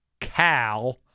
Cal